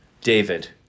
David